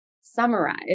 summarize